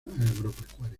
agropecuaria